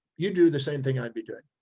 you'd do the same thing i'd be doing.